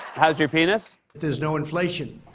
how's your penis? there's no inflation.